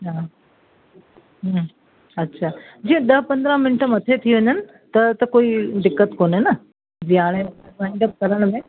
हा हम्म अच्छा जीअं ॾह पंद्रहां मिंट मथे थी वञनि त त कोई दिक़त कोने न जी हाणे वनडप करण में